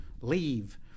leave